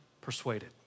persuaded